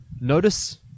notice